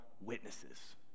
witnesses